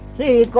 the